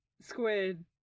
squid